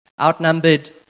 Outnumbered